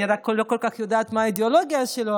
אני רק לא כל כך יודעת מה האידיאולוגיה שלו,